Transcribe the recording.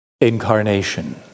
Incarnation